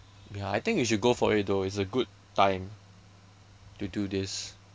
ya I think you should go for it though it's a good time to do this